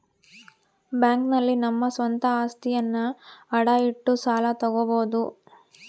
bank ನಲ್ಲಿ ನಮ್ಮ ಸ್ವಂತ ಅಸ್ತಿಯನ್ನ ಅಡ ಇಟ್ಟು ಸಾಲ ತಗೋಬೋದು